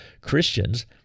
Christians